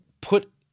put